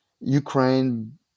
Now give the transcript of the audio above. ukraine